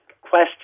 question